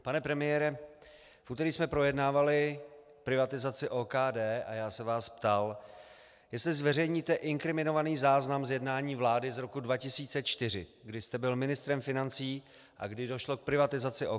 Pane premiére, v úterý jsme projednávali privatizaci OKD a já se vás ptal, jestli zveřejníte inkriminovaný záznam z jednání vlády z roku 2004, kdy jste byl ministrem financí a kdy došlo k privatizaci OKD.